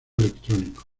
electrónico